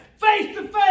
face-to-face